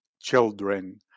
children